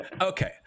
Okay